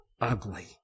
ugly